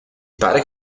pare